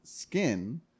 skin